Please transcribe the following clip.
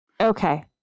Okay